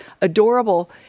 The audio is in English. adorable